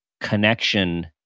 connection